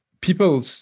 People